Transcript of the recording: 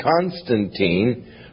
Constantine